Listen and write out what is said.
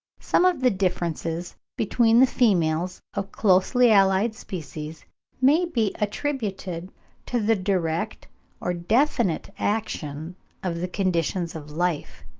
some of the differences between the females of closely allied species may be attributed to the direct or definite action of the conditions of life.